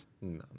No